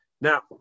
now